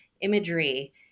imagery